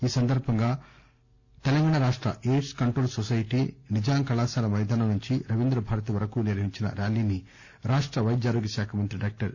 ఈ సందర్బంగా తెలంగాణ రాష్ట ఎయిడ్స్ కంట్రోల్ నొసైటీ నిజాం కళాశాల మైదానం నుంచి రవీంధ్ర భారతి వరకు నిర్వహించిన ర్యాలీని రాష్ట వైద్య ఆరోగ్య శాఖ మంత్రి డాక్టర్ సి